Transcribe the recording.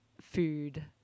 food